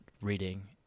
reading